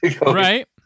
Right